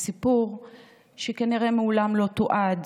סיפור שכנראה מעולם לא תועד.